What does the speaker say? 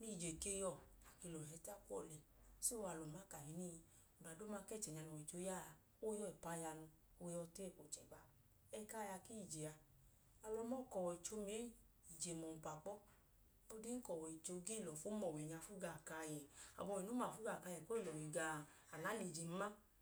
nẹ ije ke yọ, a ke lẹ ohẹta kuwọ lẹ. So, alọ ma kahinii, ọda duuma ku ẹchẹ nya nẹ ọwọicho ya a, o ya ọọ ipu aya nu, o ya ọọ eko ochẹgba. Ẹku aya ku ije a, alọ ma ọọ ka ọwọicho ma ee, ije ma ọmpa kpọ. Ohigbu ọdinka ọwọicho gee lọfu mafu ọwẹ nya gawọ ka awọ koo yẹ koo lọhi gawọ. A gaa lẹ ije ma.